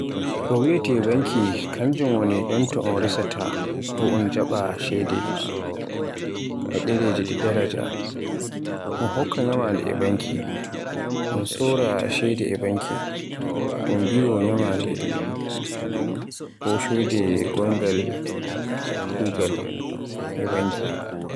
Ko wiyeete banki kanjum woni ɗonto un resaata ko un jaaɓata ceede e ɗereji ɗi daraja, un hokka nyamande e banki, un sora ceede e banki, un biyo nyamande ko ceede gongal kugaal.